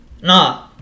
No